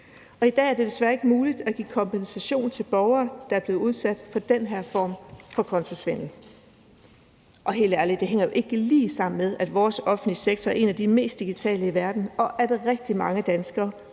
I dag er det desværre ikke muligt at give kompensation til borgere, der er blevet udsat for den her form for kontosvindel. Helt ærligt, det hænger jo ikke lige sammen med, at vores offentlige sektor er en af de mest digitale i verden, og at rigtig mange danskere